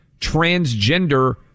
transgender